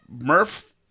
Murph